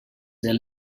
del